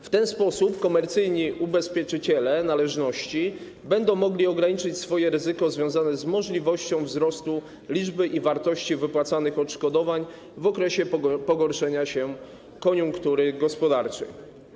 W ten sposób komercyjni ubezpieczyciele należności będą mogli ograniczyć ryzyko związane z możliwością wzrostu liczby i wartości wypłacanych odszkodowań w okresie pogorszenia się koniunktury gospodarczej.